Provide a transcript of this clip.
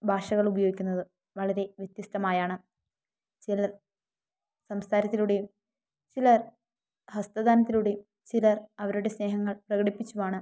ഭാഷകൾ ഉപയോഗിക്കുന്നത് വളരെ വ്യത്യസ്തമായാണ് ചിലർ സംസാരത്തിലൂടെയും ചിലർ വസ്ത്രധാരണത്തിലൂടെയും ചിലർ അവരുടെ സ്നേഹങ്ങൾ പ്രകടിപ്പിച്ചുമാണ്